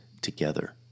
together